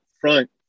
front